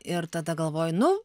ir tada galvoju nu